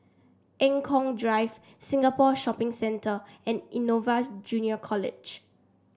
Eng Kong Drive Singapore Shopping Centre and Innova Junior College